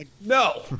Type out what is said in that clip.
No